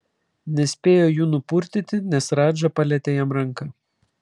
nespėjo jų nupurtyti nes radža palietė jam ranką